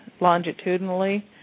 Longitudinally